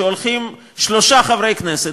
שהולכים שלושה חברי כנסת,